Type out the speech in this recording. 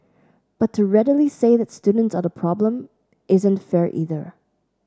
but to readily say that students are the problem isn't fair either